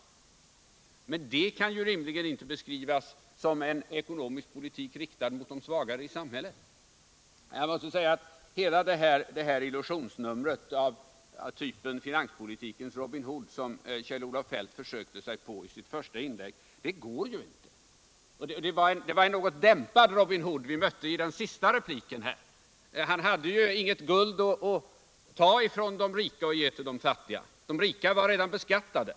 Men det kan rimligen inte beskrivas som en ekonomisk politik, riktad mot de svagare i samhället. Hela detta illusionsnummer av typen ”Finanspolitikens Robin Hood”, som Kjell-Olof Feldt försökte sig på i sitt första inlägg, det går ju inte. Det var också en något dämpad Robin Hood vi mötte i den senaste repliken. Han hade ju inget guld att ta från de rika och ge till de fattiga — de rika var redan beskattade.